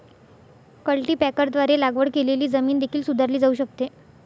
कल्टीपॅकरद्वारे लागवड केलेली जमीन देखील सुधारली जाऊ शकते